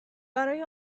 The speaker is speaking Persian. برای